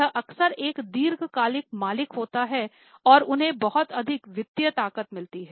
यह अक्सर एक दीर्घकालिक मालिक होता है और उन्हें बहुत अधिक वित्तीय ताकत मिलती है